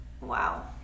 wow